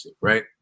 right